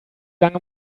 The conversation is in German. lange